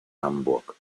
hamburg